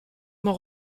m’en